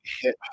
hit